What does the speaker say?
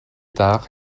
tard